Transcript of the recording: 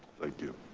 thank you.